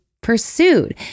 pursued